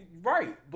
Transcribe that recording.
right